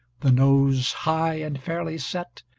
the nose high and fairly set,